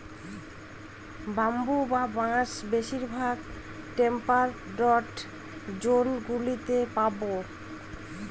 bamboo বা বাঁশ বেশিরভাগ টেম্পারড জোন গুলোতে পাবে